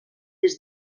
des